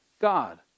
God